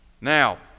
Now